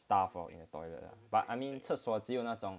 stuff or in a toilet lah but I mean 厕所只有那种